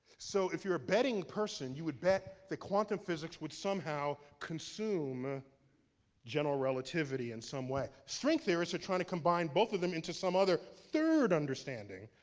so if you're a betting person, you would bet that quantum physics would somehow consume general relativity in some way. string theorists are trying to combine both of them into some other third understanding.